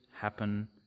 happen